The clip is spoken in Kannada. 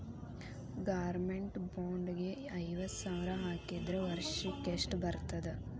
ಗೊರ್ಮೆನ್ಟ್ ಬಾಂಡ್ ಗೆ ಐವತ್ತ ಸಾವ್ರ್ ಹಾಕಿದ್ರ ವರ್ಷಕ್ಕೆಷ್ಟ್ ಬರ್ತದ?